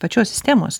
pačios sistemos